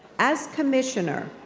as commissioner,